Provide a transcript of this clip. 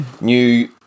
new